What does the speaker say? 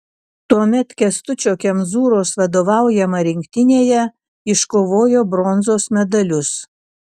tuomet kęstučio kemzūros vadovaujama rinktinėje iškovojo bronzos medalius